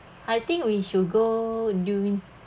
I think we should go during